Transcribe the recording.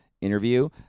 interview